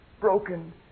broken